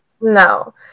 No